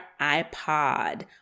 iPod